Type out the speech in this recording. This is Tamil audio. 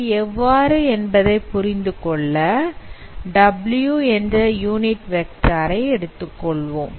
அது எவ்வாறு என்பதை புரிந்துகொள்ள W என்ற யூனிட் வெக்டார் ஐ எடுத்துக்கொள்வோம்